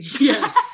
Yes